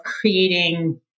creating